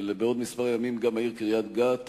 ובעוד כמה ימים גם העיר קריית-גת